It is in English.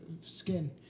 skin